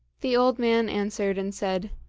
the old man answered and said,